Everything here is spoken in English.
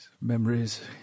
Memories